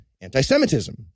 anti-Semitism